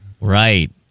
Right